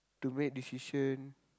to make decision